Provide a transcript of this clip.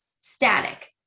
static